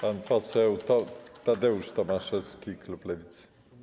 Pan poseł Tadeusz Tomaszewski, klub Lewicy.